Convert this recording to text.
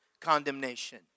condemnation